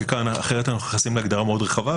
אחרת אנחנו נכנסים להגדרה מאוד רחבה,